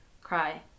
cry